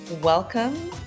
Welcome